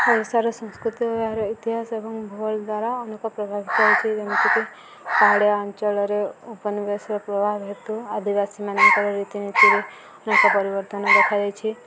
ଓଡ଼ିଶାର ସଂସ୍କୃତିହାର ଇତିହାସ ଏବଂ ଭୂଲ୍ ଦ୍ୱାରା ଅନେକ ପ୍ରଭାବିତଛି ଯେମିତିକି ପାହାଡ଼ିଆ ଅଞ୍ଚଳରେ ଉପନିବେଶର ପ୍ରଭାବ ହେତୁ ଆଦିବାସୀମାନଙ୍କର ରୀତିନୀତିରେ ଅନେକ ପରିବର୍ତ୍ତନ ଦେଖାଯାଇଛି